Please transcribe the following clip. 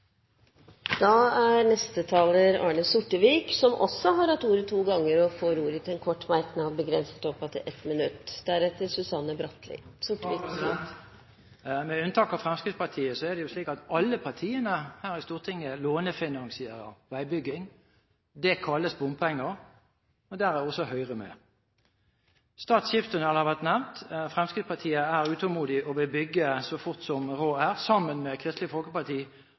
Arne Sortevik har hatt ordet to ganger og får ordet til en kort merknad, begrenset til 1 minutt. Med unntak av Fremskrittspartiet er det slik at alle partiene her i Stortinget lånefinansierer veibygging. Det kalles bompenger. Der er også Høyre med. Stad skipstunnel har vært nevnt. Fremskrittspartiet er utålmodig og vil bygge så fort som råd er. Sammen med Kristelig Folkeparti